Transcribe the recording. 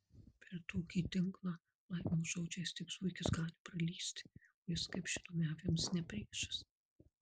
per tokį tinklą laimo žodžiais tik zuikis gali pralįsti o jis kaip žinome avims ne priešas